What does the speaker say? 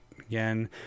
Again